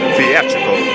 Theatrical